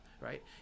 right